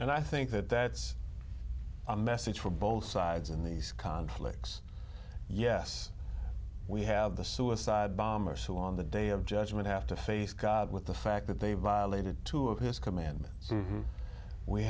and i think that that's a message for both sides in these conflicts yes we have the suicide bombers who on the day of judgment have to face god with the fact that they violated two of his command